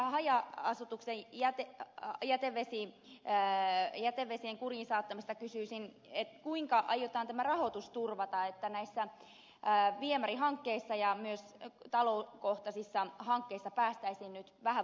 haja asutuksen jätevesien kuriin saattamisesta kysyisin kuinka aiotaan tämä rahoitus turvata että näissä viemärihankkeissa ja myös talokohtaisissa hankkeissa päästäisiin nyt vähän vauhdikkaammin etenemään